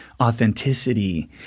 authenticity